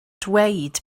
dweud